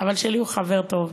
אבל שלי הוא חבר טוב.